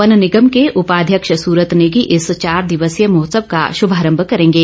one निगम के उपाध्यक्ष सुरत नेगी इस चार दिवसीय महोत्सव का शभारम्भ करेंगे